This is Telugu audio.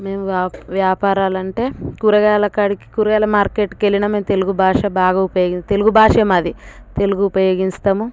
మేము వా వ్యాపారాలంటే కూరగాయల కాడికి కూరగాయల మార్కెట్కెళ్ళిన మేం తెలుగు భాష బాగా ఉపయోగి తెలుగు భాషే మాది తెలుగు ఉపయోగిస్తాము